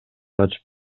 ачып